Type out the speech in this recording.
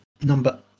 number